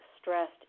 stressed